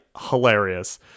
hilarious